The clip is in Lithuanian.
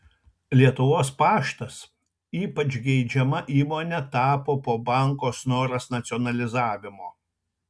lietuvos paštas ypač geidžiama įmone tapo po banko snoras nacionalizavimo